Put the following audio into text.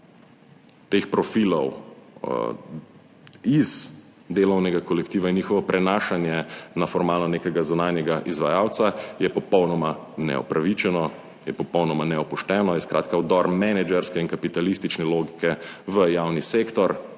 teh profilov iz delovnega kolektiva in njihovo prenašanje na formalno nekega zunanjega izvajalca je popolnoma neupravičeno, je popolnoma nepošteno, je skratka vdor menedžerske in kapitalistične logike v javni sektor,